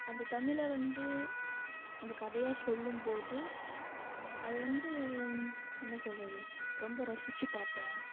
அந்த தமிழை வந்து அந்த கதையாக சொல்லும் போது அது வந்து என்ன சொல்கிறது ரொம்ப ரசித்து பார்ப்பேன்